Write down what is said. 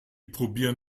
probieren